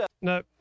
no